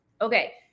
Okay